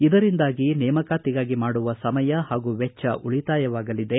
ಇದರಿಂದಾಗಿ ನೇಮಕಾತಿಗಾಗಿ ಮಾಡುವ ಸಮಯ ಹಾಗೂ ವೆಚ್ಚ ಉಳತಾಯವಾಗಲಿದೆ